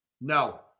No